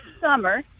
summer